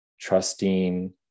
trusting